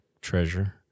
treasure